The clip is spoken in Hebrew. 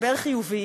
משבר חיובי,